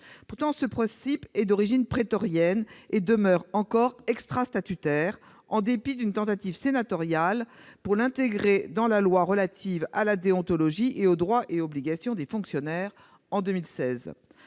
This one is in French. Pourtant, ce principe est d'origine prétorienne et demeure encore extra-statutaire, en dépit d'une tentative sénatoriale pour l'intégrer dans la loi du 20 avril 2016 relative à la déontologie et aux droits et obligations des fonctionnaires.